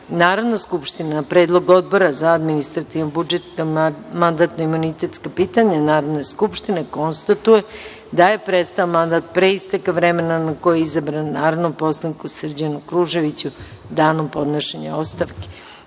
Narodna skupština na predlog Odbora za administrativno-budžetska i mandatno-imunitetska pitanja Narodne skupštine konstatuje da je prestao mandat pre isteka vremena na koje je izabran narodni poslanik Srđan Kružević danom podnošenja ostavke. Saglasno